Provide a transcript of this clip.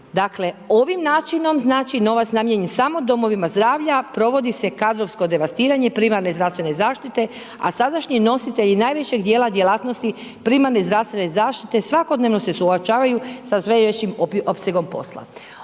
ovim načinom znači novac je namijenjen samo domovima zdravlja, provodi se kadrovsko devastiranje privatne zdravstvene zaštite, a sadašnji nositelji najvećeg dijela djelatnosti primarne zdravstvene zaštite svakodnevno se suočavaju sa sve većim opsegom posla.